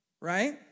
right